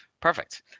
perfect